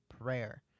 Prayer